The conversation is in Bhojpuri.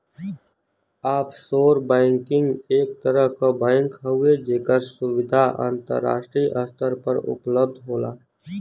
ऑफशोर बैंकिंग एक तरह क बैंक हउवे जेकर सुविधा अंतराष्ट्रीय स्तर पर उपलब्ध होला